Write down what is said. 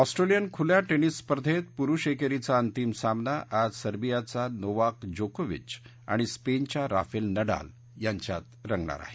Australian खुल्या tennis स्पर्धेत पुरुष एकेरीचा अंतिम सामना आज सर्वियाचा नोवाक जोकोविच आणि स्पेनच्या राफेल नडाल यांच्यात रंगणार आहे